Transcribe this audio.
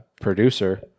producer